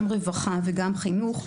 גם רווחה וגם חינוך,